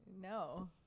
no